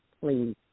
please